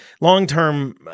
long-term